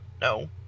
No